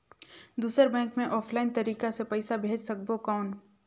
दुसर बैंक मे ऑफलाइन तरीका से पइसा भेज सकबो कौन?